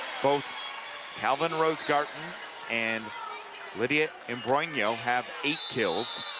both kalvyn rosengarten and lydia imbrogno have eight kills.